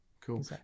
Cool